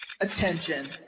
Attention